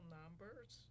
numbers